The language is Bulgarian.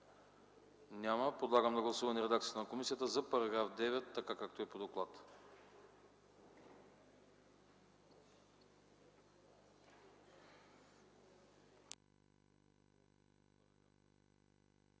Няма. Подлагам на гласуване редакцията на комисията за § 2, така както е по доклада.